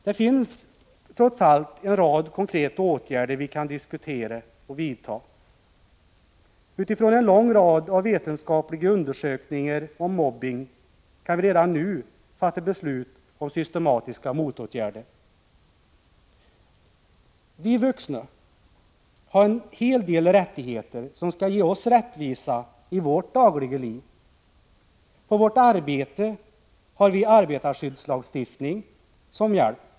Det finns trots allt en mängd konkreta åtgärder som vi kan diskutera och vidta. Utifrån en lång rad vetenskapliga undersökningar om mobbning kan vi redan nu fatta beslut om systematiska motåtgärder. Vi vuxna har en hel del rättigheter som skall ge oss rättvisa i vårt dagliga liv. När det gäller vårt arbete har vi arbetarskyddslagstiftningen som hjälp.